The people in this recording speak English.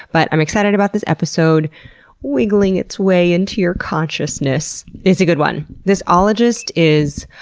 but, i'm excited about this episode wiggling its way into your consciousness. it's a good one. this ologist is.